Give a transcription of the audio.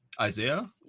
Isaiah